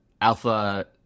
Alpha